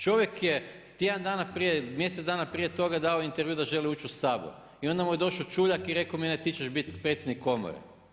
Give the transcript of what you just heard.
Čovjek je tjedan dana prije, mjesec dana prije toga dao intervju da želi ući u Sabor i onda mu je došao Čuljak i rekao ti ćeš biti predsjednik komore.